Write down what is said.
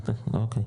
אוקי,